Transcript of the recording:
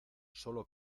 sólo